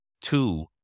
two